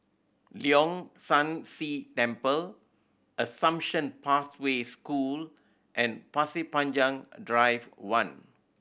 Leong San See Temple Assumption Pathway School and Pasir Panjang Drive One